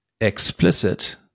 explicit